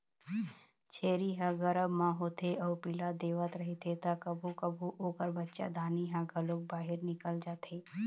छेरी ह गरभ म होथे अउ पिला देवत रहिथे त कभू कभू ओखर बच्चादानी ह घलोक बाहिर निकल जाथे